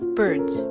birds